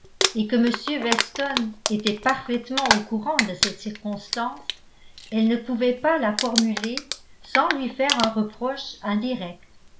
et que m weston était parfaitement au courant de cette circonstance elle ne pouvait pas la formuler sans lui faire un reproche indirect